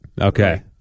okay